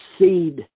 seed